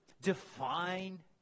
define